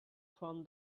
from